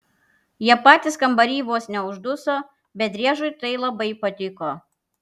jie patys kambary vos neužduso bet driežui tai labai patiko